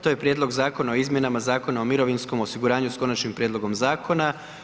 To je Prijedlog zakona o izmjenama Zakona o mirovinskom osiguranju s konačnim prijedlogom zakona.